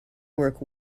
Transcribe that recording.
work